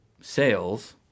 sales